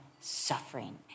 suffering